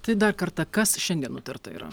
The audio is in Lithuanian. tai dar kartą kas šiandien nutarta yra